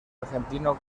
argentino